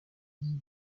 dire